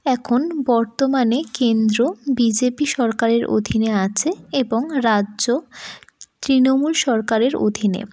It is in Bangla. এখন বর্তমানে কেন্দ্র বিজেপি সরকারের অধীনে আছে এবং রাজ্য তৃণমূল সরকারের অধীনে